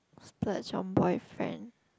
splurge on boyfriend